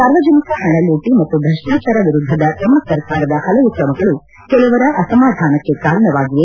ಸಾರ್ವಜನಿಕ ಹಣ ಲೂಟಿ ಮತ್ತು ಭ್ರಷ್ಟಾಚಾರ ವಿರುದ್ದದ ತಮ್ಮ ಸರ್ಕಾರದ ಹಲವು ಕ್ರಮಗಳು ಕೆಲವರ ಅಸಮಾಧಾನಕ್ಕೆ ಕಾರಣವಾಗಿವೆ